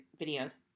videos